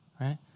right